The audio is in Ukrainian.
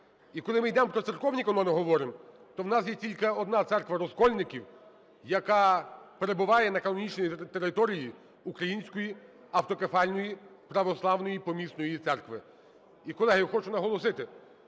І коли ми йдемо про церковні канони говоримо, то у нас є тільки одна церква розкольників, яка перебуває на канонічній території Української автокефальної православної помісної церкви. І, колеги, я хочу наголосити: